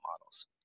models